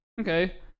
okay